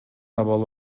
абалы